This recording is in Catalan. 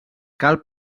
cal